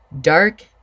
dark